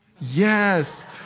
Yes